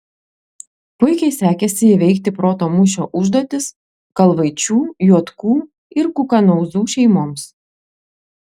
puikiai sekėsi įveikti proto mūšio užduotis kalvaičių juotkų ir kukanauzų šeimoms